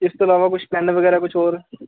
ਇਸ ਤੋਂ ਇਲਾਵਾ ਕੁਛ ਪੈੱਨ ਵਗੈਰਾ ਕੁਛ ਹੋਰ